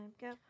go